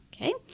Okay